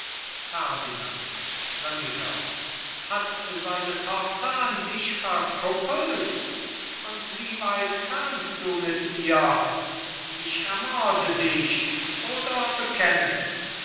grimmiger hat seine tochter an dich verkuppelt und wie weit kamst du mit ihr ich ermorde dich oder bekenne